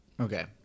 Okay